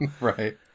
Right